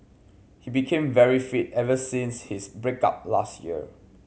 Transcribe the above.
he became very fit ever since his break up last year